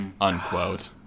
Unquote